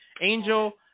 Angel